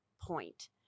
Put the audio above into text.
point